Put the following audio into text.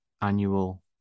annual